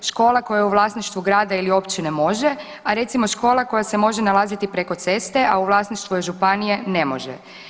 Škola koja je u vlasništvu grada ili općine može, a recimo škola koja se može nalaziti preko ceste, a u vlasništvu je županije, ne može.